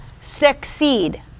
succeed